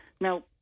Now